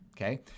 okay